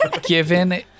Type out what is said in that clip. Given